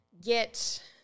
get